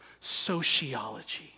sociology